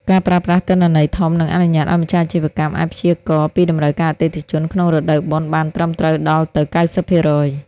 ការប្រើប្រាស់ទិន្នន័យធំ នឹងអនុញ្ញាតឱ្យម្ចាស់អាជីវកម្មអាចព្យាករណ៍ពីតម្រូវការអតិថិជនក្នុងរដូវបុណ្យបានត្រឹមត្រូវដល់ទៅ ៩០%។